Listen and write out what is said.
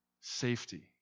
safety